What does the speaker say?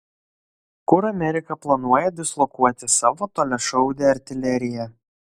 kur amerika planuoja dislokuoti savo toliašaudę artileriją